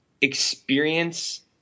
experience